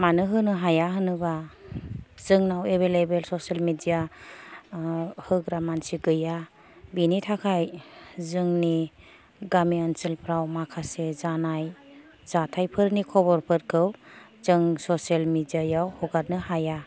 मानो होनो हाया होनोबा जोंनाव एबेलेबेल ससेल मेडिया होग्रा मानसि गैया बेनि थाखाय जोंनि गामि ओनसोलफ्राव माखासे जानाय जाथायफोरनि खबरफोरखौ जों ससियेल मेडियायाव हगारनो हाया